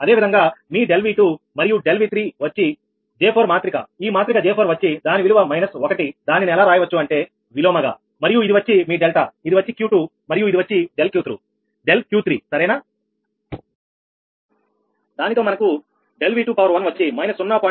అదేవిధంగా మీ ∆𝑉2 మరియు ∆𝑉3వచ్చి J4 మాత్రిక ఈ మాత్రిక J4 వచ్చి దాని విలువ మైనస్ 1 దానిని ఎలా రాయవచ్చు అంటే విలోమ గా మరియు ఇది వచ్చి మీ డెల్టా ఇది వచ్చి Q2 మరియు ఇది వచ్చి ∆𝑄3 సరేనా దానితో మనకు ∆V21 వచ్చి −0